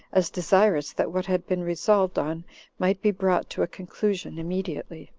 as desirous that what had been resolved on might be brought to a conclusion immediately.